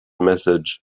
message